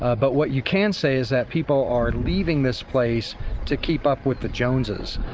ah but what you can say is that people are leaving this place to keep up with the joneses.